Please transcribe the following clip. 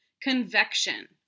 Convection